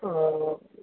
ஆ